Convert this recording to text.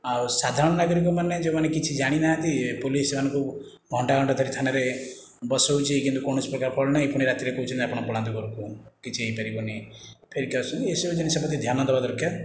ଆଉ ସାଧାରଣ ନାଗରିକମାନେ ଯେଉଁମାନେ କିଛି ଜାଣିନାହାନ୍ତି ଏ ପୋଲିସ ସେମାନଙ୍କୁ ଘଣ୍ଟା ଘଣ୍ଟା ଧରି ଥାନାରେ ବସାଉଛି କିନ୍ତୁ କୌଣସି ପ୍ରକାର ଫଳ ନାହିଁ ପୁଣି ରାତିରେ କହୁଛନ୍ତି ଆପଣ ପଳାନ୍ତୁ ଘରକୁ କିଛି ହୋଇ ପାରିବନି ଫେରିକି ଆସୁଛନ୍ତି ଏସବୁ ଜିନିଷ ପ୍ରତି ଧ୍ୟାନ ଦେବା ଦରକାର